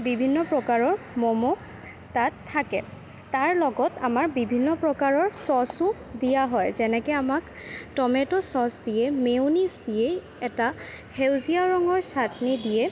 বিভিন্ন প্ৰকাৰৰ ম'ম' তাত থাকে তাৰ লগত আমাৰ বিভিন্ন প্ৰকাৰৰ চচো দিয়া হয় যেনেকে আমাক টমেট' চচ দিয়ে মেউনিজ দিয়ে এটা সেউজীয়া ৰঙৰ চাটনি দিয়ে